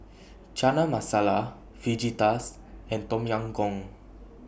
Chana Masala Fajitas and Tom Yam Goong